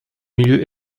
milieu